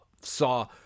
saw